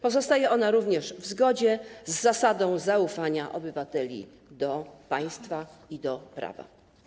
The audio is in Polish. Pozostaje ona również w zgodzie z zasadą zaufania obywateli do państwa i do prawa.